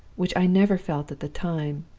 which i never felt at the time,